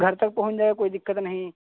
घर तक पहुँच जाएगा कोई दिक्कत नहीं